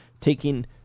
taking